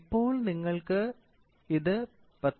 ഇപ്പോൾ നിങ്ങൾക്ക് ഇത് 10